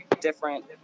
different